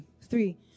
Three